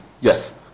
yes